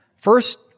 First